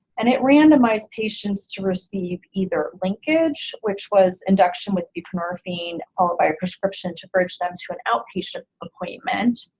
and it randomized patients to receive either linkage, which was induction with buprenorphine followed by a prescription to urge them to an outpatient appointment,